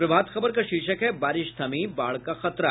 प्रभात खबर का शीर्षक है बारिश थमी बाढ़ का खतरा